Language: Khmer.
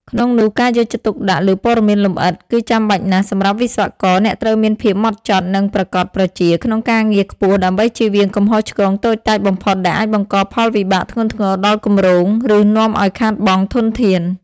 ក្នុងនោះការយកចិត្តទុកដាក់លើព័ត៌មានលម្អិត គឺចាំបាច់ណាស់សម្រាប់វិស្វករអ្នកត្រូវមានភាពម៉ត់ចត់ និងប្រាកដប្រជាក្នុងការងារខ្ពស់ដើម្បីជៀសវាងកំហុសឆ្គងតូចតាចបំផុតដែលអាចបង្កផលវិបាកធ្ងន់ធ្ងរដល់គម្រោង ឬនាំឱ្យខាតបង់ធនធាន។